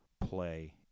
play